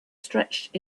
stretched